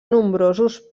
nombrosos